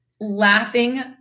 laughing